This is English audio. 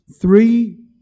Three